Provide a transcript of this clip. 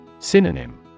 Synonym